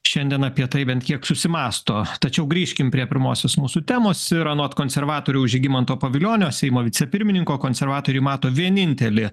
šiandien apie tai bent kiek susimąsto tačiau grįžkim prie pirmosios mūsų temos ir anot konservatoriaus žygimanto pavilionio seimo vicepirmininko konservatoriai mato vienintelį